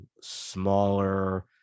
smaller